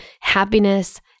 happiness